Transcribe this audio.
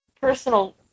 personal